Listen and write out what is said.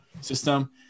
system